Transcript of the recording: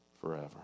forever